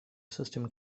system